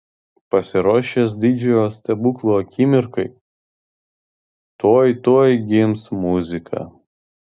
pasiruošęs didžiojo stebuklo akimirkai tuoj tuoj gims muzika